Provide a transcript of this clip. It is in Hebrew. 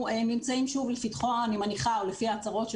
אני מניחה לפי ההצהרות,